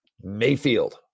Mayfield